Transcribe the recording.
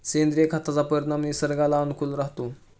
सेंद्रिय खताचा परिणाम निसर्गाला अनुकूल राहतो